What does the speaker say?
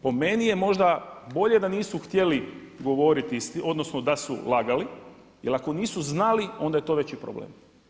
Po meni je možda bolje da nisu htjeli odnosno da su lagali jer ako nisu znali onda je to veći problem.